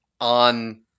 on